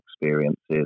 experiences